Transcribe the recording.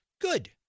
good